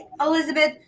Elizabeth